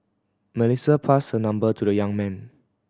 Melissa passed her number to the young man